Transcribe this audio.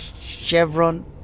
chevron